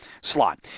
slot